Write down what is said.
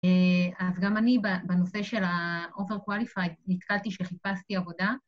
אז גם אני בנושא של ה-overqualified נתקלתי שחיפשתי עבודה